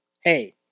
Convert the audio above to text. hey